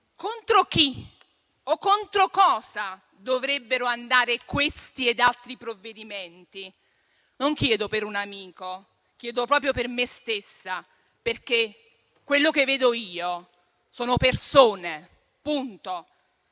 contro chi o contro cosa dovrebbero andare questi ed altri provvedimenti. Non chiedo per un amico, chiedo proprio per me stessa, perché quelle che vedo io sono persone. In